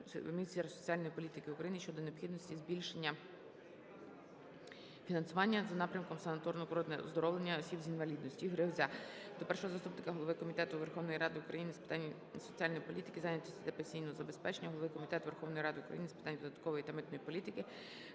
міністра соціальної політики України щодо необхідності збільшення фінансування за напрямком "Санаторно-курортне оздоровлення осіб з інвалідністю". Ігоря Гузя до першого заступника голови Комітету Верховної Ради України з питань соціальної політики, зайнятості та пенсійного забезпечення, голови Комітету Верховної Ради України з питань податкової та митної політики,